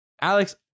Alex